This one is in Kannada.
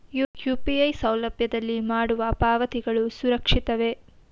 ಯು.ಪಿ.ಐ ಸೌಲಭ್ಯದಲ್ಲಿ ಮಾಡುವ ಪಾವತಿಗಳು ಸುರಕ್ಷಿತವೇ?